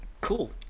Cool